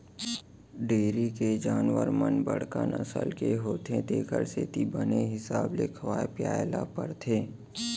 dairy के जानवर मन बड़का नसल के होथे तेकर सेती बने हिसाब ले खवाए पियाय ल परथे